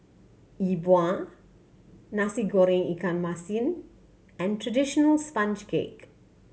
Yi Bua Nasi Goreng ikan masin and traditional sponge cake